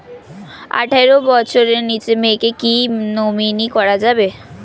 আঠারো বছরের নিচে মেয়েকে কী নমিনি করা যাবে?